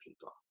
people